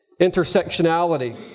intersectionality